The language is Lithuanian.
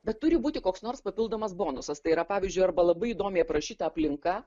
bet turi būti koks nors papildomas bonusas tai yra pavyzdžiui arba labai įdomiai aprašyta aplinka